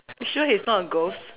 you sure he's not a ghost